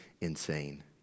insane